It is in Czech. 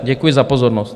Děkuji za pozornost.